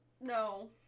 no